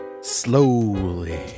Slowly